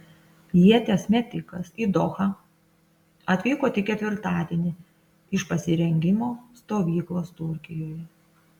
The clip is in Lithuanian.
ieties metikas į dohą atvyko tik ketvirtadienį iš pasirengimo stovyklos turkijoje